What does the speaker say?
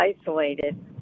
isolated